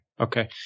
Okay